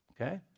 Okay